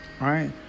right